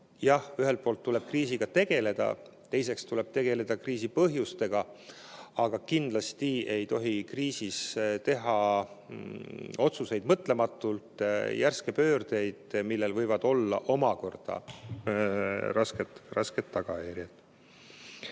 ühelt poolt tuleb sellega tegeleda, teiseks tuleb tegeleda kriisi põhjustega. Aga kindlasti ei tohi kriisis teha otsuseid mõtlematult, järske pöördeid, millel võivad omakorda olla rasked tagajärjed. Nii